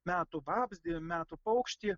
metų vabzdį metų paukštį